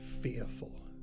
fearful